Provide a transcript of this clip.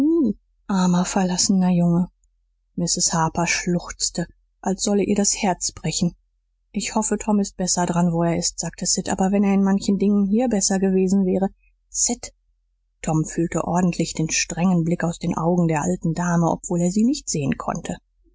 armer verlassener junge mrs harper schluchzte als solle ihr das herz brechen ich hoffe tom ist besser dran wo er ist sagte sid aber wenn er in manchen dingen hier besser gewesen wäre sid tom fühlte ordentlich den strengen blick aus den augen der alten dame obwohl er sie nicht sehen konnte